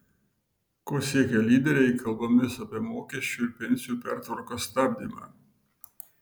ko siekia lyderiai kalbomis apie mokesčių ir pensijų pertvarkos stabdymą